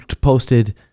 posted